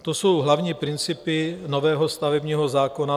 To jsou hlavní principy nového stavebního zákona.